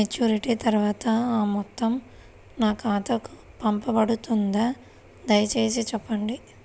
Maturity తర్వాత ఆ మొత్తం నా ఖాతాకు పంపబడుతుందా? దయచేసి చెప్పండి?